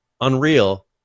Unreal